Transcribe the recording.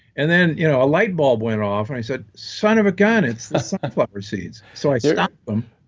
and then you know a light bulb went off and i said, son of a gun, it's the sunflower seeds. so i stopped them,